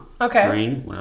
Okay